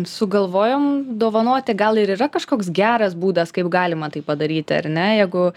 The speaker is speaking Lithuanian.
sugalvojom dovanoti gal ir yra kažkoks geras būdas kaip galima tai padaryti ar ne jeigu